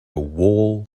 wall